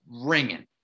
ringing